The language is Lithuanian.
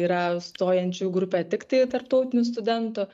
yra stojančiųjų grupė tiktai tarptautinių studentų